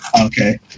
Okay